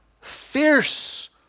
fierce